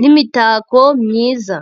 n'imitako myiza.